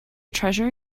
treasure